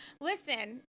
Listen